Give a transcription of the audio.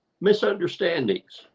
misunderstandings